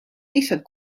lihtsalt